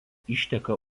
išteka